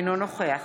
אינו נוכח